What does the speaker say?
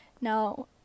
Now